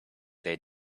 they